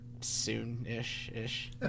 soon-ish-ish